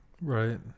right